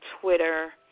Twitter